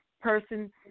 person